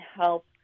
help